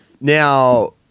Now